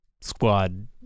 squad